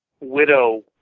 widow